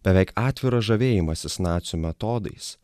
beveik atviras žavėjimasis nacių metodais